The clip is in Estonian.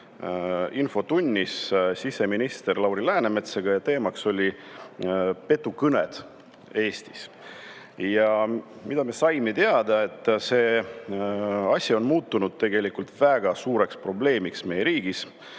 infotunnis siseminister Lauri Läänemetsaga ja teemaks olid petukõned Eestis. Ja me saime teada, et see asi on muutunud väga suureks probleemiks meie riigis,